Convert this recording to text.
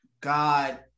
God